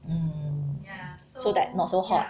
mm so that not so hot